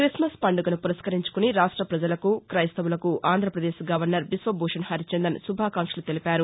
Christmas పండుగను పురస్కరించుకుని రాష్ట ప్రజలకు క్రెస్తవులకు ఆంధ్రాపదేశ్ గవర్నర్ బిశ్వభూషణ్ హరిచందన్ శుభాకాంక్షలు తెలిపారు